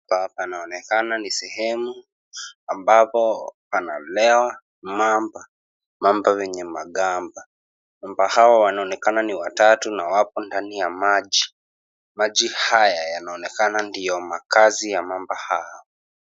Hapa inaonekana ni sehemu ambapo pana lewa mamba, mamba yenye magamba. Mamba hawa wanaonekana ni watatu na wapo kwenye maji , maji haya yanaonekana ndiyo makazi ya mamba haya.